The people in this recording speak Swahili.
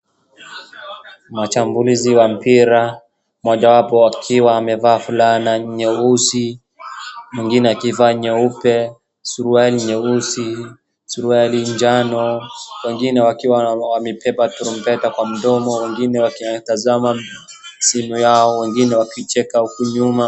Machambulizi wa mpira mmoja wapo akiwa amevaa fulana nyeusi mwingine akivaa nyeupe, suruali nyeusi suruali njano. Wengine wakiwa wamebeba turumbeta kwa mdomo wengine wakinaangalia simu yao wengine wakicheka huko nyuma.